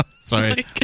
Sorry